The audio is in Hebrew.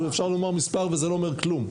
אפשר לומר מספר וזה לא אומר כלום.